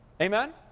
Amen